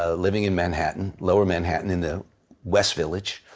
ah living in manhattan, lower manhattan in the west village,